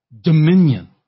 dominion